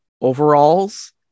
overalls